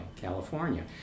California